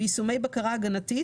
ויישומי בקרה הגנתית,